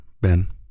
Ben